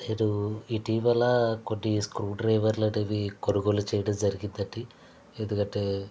నేను ఇటీవల కొన్ని స్కూ డ్రైవర్లనేవి కొనుగోలు చేయడం జరిగిందండి ఎందుకంటే